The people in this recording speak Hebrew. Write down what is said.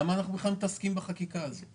למה אנחנו בכלל מתעסקים בחקיקה הזאת?